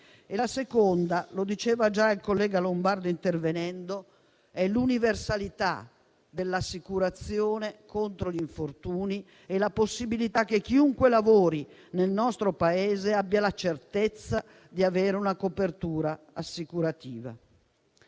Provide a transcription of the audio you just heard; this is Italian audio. questione, illustrata già dal collega Lombardo nel suo intervento, è l'universalità dell'assicurazione contro gli infortuni, la possibilità che chiunque lavori nel nostro Paese abbia la certezza di avere una copertura assicurativa.